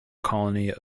colony